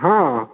हँ